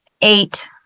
eight